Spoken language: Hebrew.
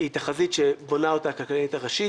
היא תחזית שבונה אותה הכלכלנית הראשית.